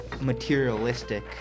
materialistic